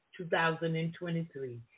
2023